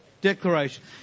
Declaration